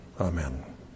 Amen